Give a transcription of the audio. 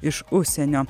iš užsienio